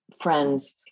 friends